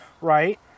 right